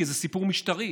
כי זה סיפור משטרי.